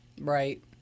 Right